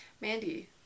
Mandy